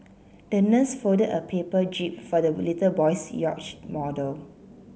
the nurse folded a paper jib for the little boy's yacht model